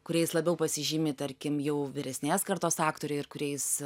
kuriais labiau pasižymi tarkim jau vyresnės kartos aktoriai ir kuriais